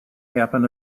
happen